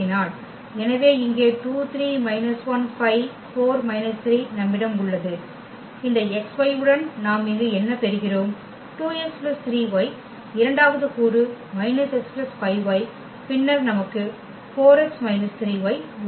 எனவே இங்கே நம்மிடம் உள்ளது இந்த x y உடன் நாம் இங்கு என்ன பெறுகிறோம் 2x 3y இரண்டாவது கூறு −x 5y பின்னர் நமக்கு 4x −3y உள்ளது